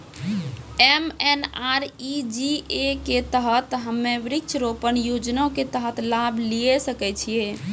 MNREGA के तहत हम्मय वृक्ष रोपण योजना के तहत लाभ लिये सकय छियै?